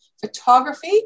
photography